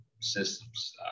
systems